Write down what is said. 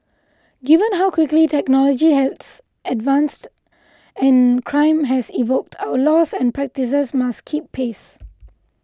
given how quickly technology has advanced and crime has evolved our laws and practices must keep pace